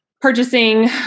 purchasing